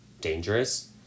dangerous